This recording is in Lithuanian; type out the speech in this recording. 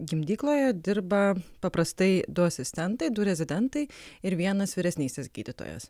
gimdykloje dirba paprastai du asistentai du rezidentai ir vienas vyresnysis gydytojas